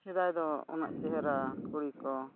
ᱥᱮᱫᱟᱭ ᱫᱚ ᱩᱱᱟᱹᱜ ᱪᱮᱦᱨᱟ ᱠᱩᱲᱤ ᱠᱚ